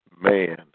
man